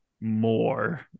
more